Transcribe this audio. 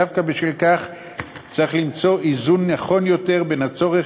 דווקא בשל כך צריך למצוא איזון נכון יותר בין הצורך